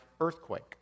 earthquake